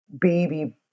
baby